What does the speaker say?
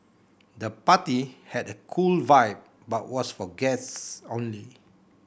the party had a cool vibe but was for guests only